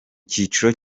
cyiciro